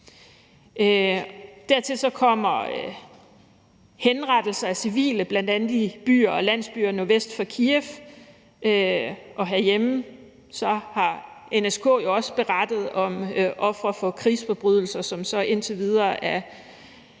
Dertil kommer henrettelser af civile, bl.a. i byer og landsbyer nordvest for Kyiv, og herhjemme har NSK jo også berettet om ofre for krigsforbrydelser, som så indtil videre er